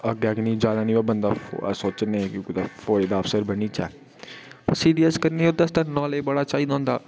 अग्गें ते जाना निं पर बंदा सोचदा की चल कोई निं फौज दा अफसर बनी जाचै सीडीएस करना ओह्दे आस्तै नॉलेज बड़ा चाहिदा होंदा